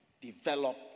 develop